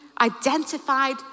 identified